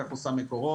כך עושה מקורות.